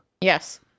Yes